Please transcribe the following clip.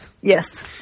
Yes